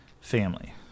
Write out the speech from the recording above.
family